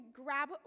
grab